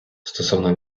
стосовно